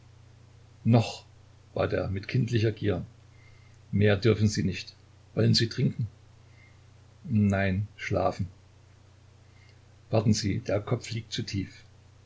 noch bat er mit kindlicher gier mehr dürfen sie nicht wollen sie trinken nein schlafen warten sie der kopf liegt zu tief